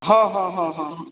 हँ हँ हँ हँ हँ